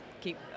keep